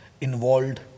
involved